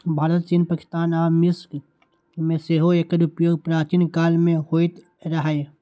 भारत, चीन, पाकिस्तान आ मिस्र मे सेहो एकर उपयोग प्राचीन काल मे होइत रहै